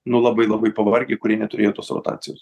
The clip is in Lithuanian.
nu labai labai pavargę kurie neturėjo tos rotacijos